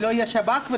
לא יהיה שב"כ.